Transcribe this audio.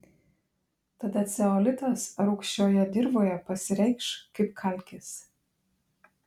tada ceolitas rūgščioje dirvoje pasireikš kaip kalkės